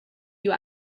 you